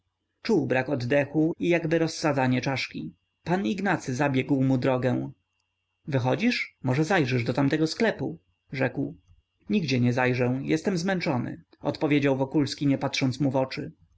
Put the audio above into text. czuł brak oddechu i jakby rozsadzanie czaszki pan ignacy zabiegł mu drogę wychodzisz może zajrzysz do tamtego sklepu rzekł nigdzie nie zajrzę jestem zmęczony odpowiedział wokulski nie patrząc mu w oczy